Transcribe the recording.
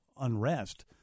unrest